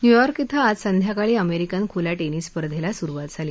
New York आज संध्याकाळी American खुल्या टर्विस स्पर्धेला सुरुवात झाली